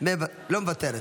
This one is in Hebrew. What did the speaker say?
לא מוותרת.